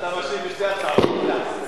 אתה משיב על שתי ההצעות יחד?